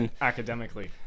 Academically